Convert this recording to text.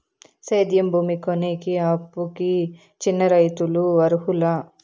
సేద్యం భూమి కొనేకి, అప్పుకి చిన్న రైతులు అర్హులా?